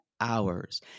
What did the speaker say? hours